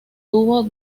tuvo